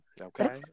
Okay